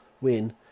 win